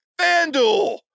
FanDuel